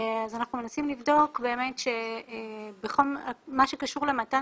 ואנחנו מנסים לבדוק שבכל מה שקשור למתן